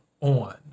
on